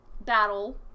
battle